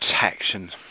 protection